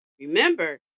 Remember